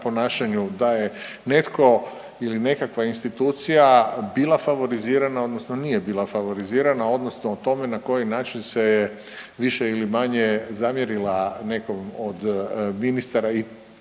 da je netko ili nekakva institucija bila favorizirana odnosno nije bila favorizirana odnosno o tome na koji način se je više ili manje zamjerila nekom od ministara i tu